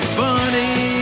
funny